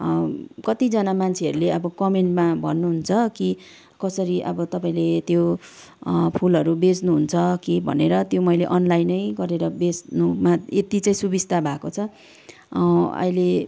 कतिजना मान्छेहरूले अब कमेन्टमा भन्नुहुन्छ कि कसरी अब तपाईँले त्यो फुलहरू बेच्नुहुन्छ के भनेर त्यो मैले अनलाइनै गरेर बेच्नुमा यति चाहिँ सुविस्ता भएको छ अहिले